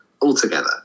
altogether